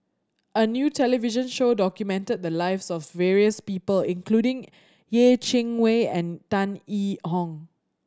a new television show documented the lives of various people including Yeh Chi Wei and Tan Yee Hong